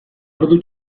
ordu